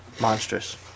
Monstrous